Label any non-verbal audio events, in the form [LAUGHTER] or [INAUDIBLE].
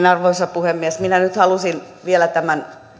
[UNINTELLIGIBLE] arvoisa puhemies minä nyt halusin vielä tähän